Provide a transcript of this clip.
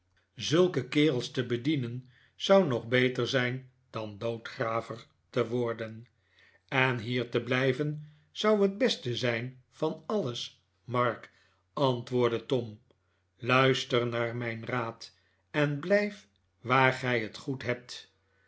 zulke kerels te bedienen zou nog beter zijn dan doodgraver te worden en hier te blijven zou het beste zijn van alles mark antwoordde tom luister naar mijn raad en blijf waar gij het goed hebt